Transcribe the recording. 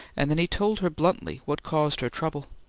and then he told her bluntly what caused her trouble.